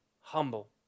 humble